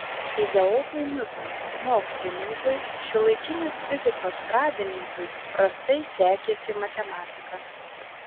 izaokui niutonui mokslininkui šiuolaikinės fizikos pradininkui prastai sekėsi matematika